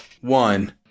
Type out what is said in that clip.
one